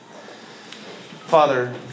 Father